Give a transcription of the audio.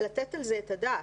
לתת על זה את הדעת?